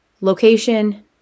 location